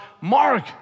Mark